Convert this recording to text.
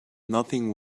nothing